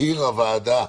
יקיר הוועדה,